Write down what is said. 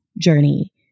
journey